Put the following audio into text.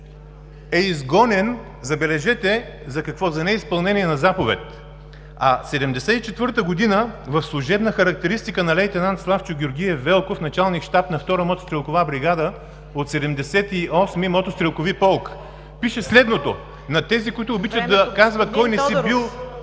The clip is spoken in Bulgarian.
е изгонен, забележете за какво, за неизпълнение на заповед, а 1974 г. в служебна характеристика на лейтенант Славчо Георгиев Велков – началник-щаб на Втора мотострелкова бригада от 78-ми мотострелкови полк пише следното, за тези, които обичат да казват кой не си бил